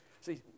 See